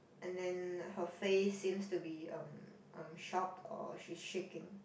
and then her face seems to be um shocked or she is shaking